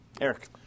Eric